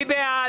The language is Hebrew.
מי בעד?